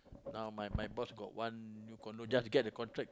now my my boss got one new condo just get the contract